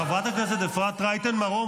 חברת הכנסת אפרת רייטן מרום,